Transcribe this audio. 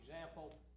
example